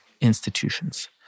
institutions